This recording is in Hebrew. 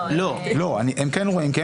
הם כן רואים.